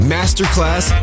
Masterclass